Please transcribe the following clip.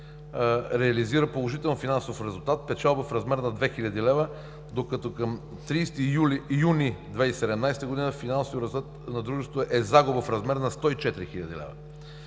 реализира положителен финансов резултат – печалба в размер на 2 хил. лв., докато към 30 юни 2017 г., финансовият резултат на дружеството е загуба в размер на 104 хил. лв.